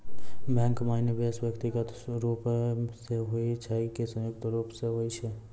Bank माई निवेश व्यक्तिगत रूप से हुए छै की संयुक्त रूप से होय छै?